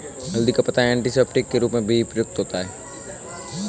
हल्दी का पत्ता एंटीसेप्टिक के रूप में भी प्रयुक्त होता है